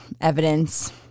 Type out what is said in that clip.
evidence